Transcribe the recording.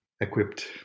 equipped